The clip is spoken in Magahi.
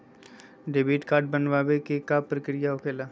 डेबिट कार्ड बनवाने के का प्रक्रिया होखेला?